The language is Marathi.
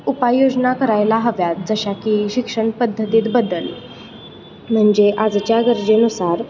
उपाययोजना करायला हव्यात जशा की शिक्षण पद्धतीत बदल म्हणजे आजच्या गरजेनुसार